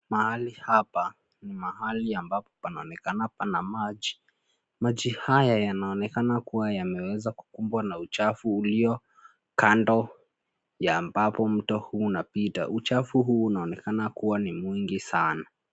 Mahali hapa ni mahali ambapo panaonekana pana maji. Maji haya yanonekana kuwa wameweza kukumbwa na uchafu ulio kando ya ambapo mto huu unapita. Uchafu huu unaonekana kuwa ni mwingi sana.